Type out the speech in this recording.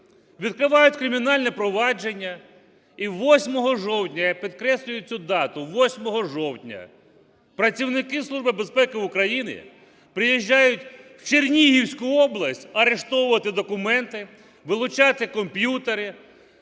відкривають кримінальне провадження. І 8 жовтня, я підкреслюю цю дату, 8 жовтня, працівники Служби безпеки України приїжджають в Чернігівську область арештовувати документи, вилучати комп'ютери